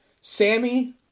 Sammy